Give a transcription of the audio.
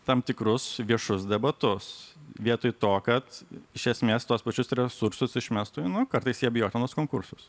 tam tikrus viešus debatus vietoj to kad iš esmės tuos pačius resursus išmestų nu kartais į abejotinus konkursus